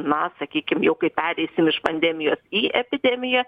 na sakykim jau kai pereisim iš pandemijos į epidemiją